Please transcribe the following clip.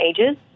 ages